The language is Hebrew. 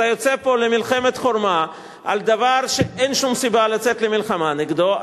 אתה יוצא פה למלחמת חורמה על דבר שאין שום סיבה לצאת למלחמה נגדו.